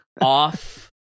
off